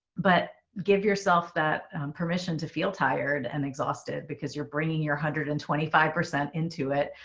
but give yourself that permission to feel tired and exhausted because you're bringing your hundred and twenty five percent into it,